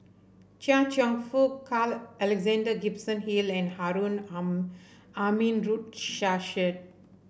Chia Cheong Fook Carl Alexander Gibson Hill and Harun Aminurrashid